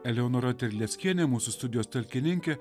eleonora terleckienė mūsų studijos talkininkė